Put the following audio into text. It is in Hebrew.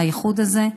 האיחוד הזה,